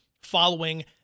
following